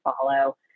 follow